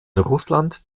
russland